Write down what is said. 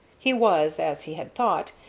he was, as he had thought,